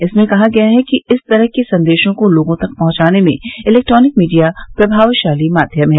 इसमें कहा गया है कि इस तरह के संदेशों को लोगों तक पहुंचाने में इलेक्ट्रॉनिक मीडिया प्रभावशाली माध्यम है